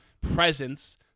presence